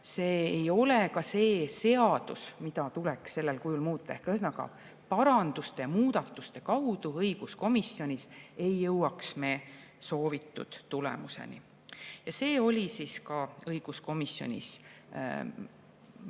see ei ole see seadus, mida tuleks sellel kujul muuta. Ühesõnaga, paranduste ja muudatuste kaudu õiguskomisjonis ei jõuaks me soovitud tulemuseni. Ja see oli ka õiguskomisjonis nii